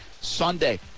sunday